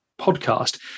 podcast